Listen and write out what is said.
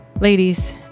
Ladies